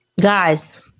Guys